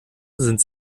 sind